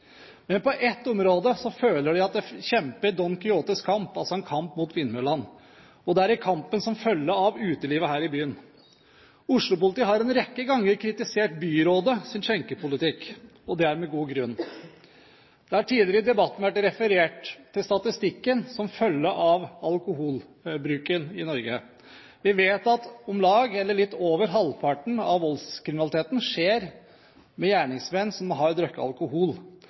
Men på ett område føler de at de kjemper Don Quijotes kamp, altså en kamp mot vindmøllene, og det er i kampen som følger av utelivet her i byen. Oslo-politiet har en rekke ganger kritisert byrådets skjenkepolitikk, og det med god grunn. Det har tidligere i debatten vært referert til statistikken som følger av alkoholbruken i Norge. Vi vet at litt over halvparten av voldskriminaliteten utøves av gjerningsmenn som har drukket alkohol.